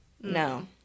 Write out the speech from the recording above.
No